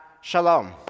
Shalom